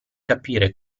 capire